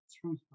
True